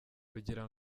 kugira